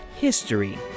History